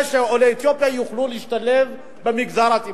שעולי אתיופיה יוכלו להשתלב במגזר הציבורי.